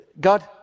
God